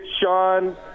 Sean